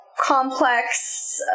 complex